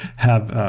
have